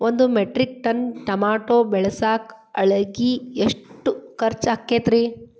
ಒಂದು metric ton tomato ಬೆಳಸಾಕ್ ಆಳಿಗೆ ಎಷ್ಟು ಖರ್ಚ್ ಆಕ್ಕೇತ್ರಿ?